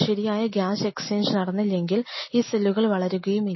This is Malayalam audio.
ശരിയായ ഗ്യാസ് എക്സ്ചേഞ്ച് നടന്നില്ലെങ്കിൽ ഈ സെല്ലുകൾ വളരുകയും ഇല്ല